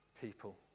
people